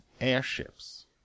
airships